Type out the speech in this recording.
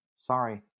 sorry